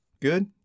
Good